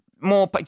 more